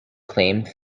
claimed